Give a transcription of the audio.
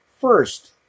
first